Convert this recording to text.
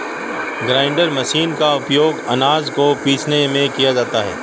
grinder machine का उपयोग आनाज को पीसने में किया जाता है